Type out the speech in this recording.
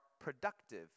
productive